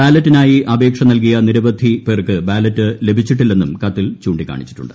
ബാലറ്റിനായി അപേക്ഷ നൽകിയ നിരവധി പേർക്ക് ബാലറ്റ് ലഭിച്ചിട്ടില്ലെന്നും കത്തിൽ ചൂണ്ടിക്കാണിച്ചിട്ടുണ്ട്